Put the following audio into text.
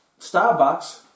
Starbucks